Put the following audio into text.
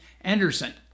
Anderson